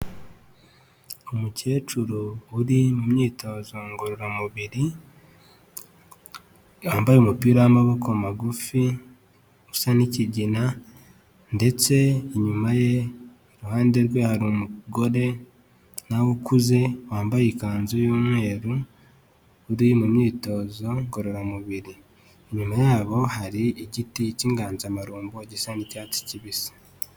Umukecuru uri mu myitozo ngororamubiri, yambaye umupira w'amaboko magufi usa n'ikigina ndetse inyuma ye, iruhande rwe hari umugore na we ukuze wambaye ikanzu y'umweru, uri mu myitozo ngororamubiri. Inyuma yabo hari igiti cy'inganzamarumbo gisa n'icyatsi kibisi.